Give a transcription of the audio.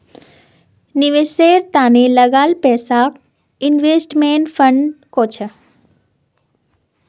निवेशेर त न लगाल पैसाक इन्वेस्टमेंट फण्ड कह छेक